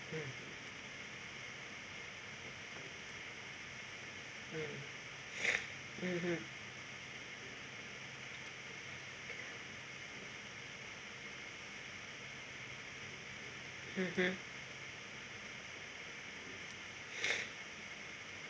mm mm mmhmm mmhmm